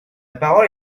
parole